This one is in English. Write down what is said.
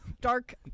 dark